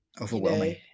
Overwhelming